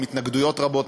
עם התנגדויות רבות,